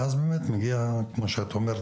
ואז הוא מגיע לשטח.